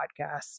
podcasts